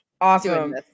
Awesome